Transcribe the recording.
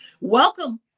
Welcome